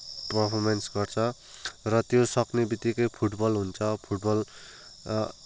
performance गर्छ र त्यो सक्ने बित्तिकै फुटबल हुन्छ फुटबल